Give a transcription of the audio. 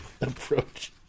approach